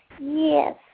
Yes